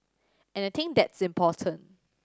and I think that's important